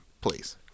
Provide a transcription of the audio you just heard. please